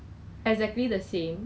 I think it was food nutrition